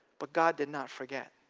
but god did not forget.